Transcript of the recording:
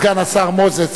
סגן השר מוזס,